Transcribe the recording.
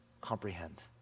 comprehend